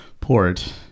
port